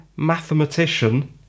mathematician